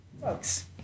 books